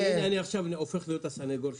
אדוני, הנה אני עכשיו הופך להיות הסנגור שלה.